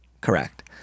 Correct